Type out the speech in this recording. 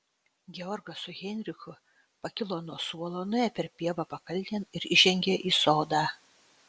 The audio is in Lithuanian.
georgas su heinrichu pakilo nuo suolo nuėjo per pievą pakalnėn ir įžengė į sodą